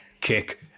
kick